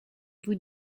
vous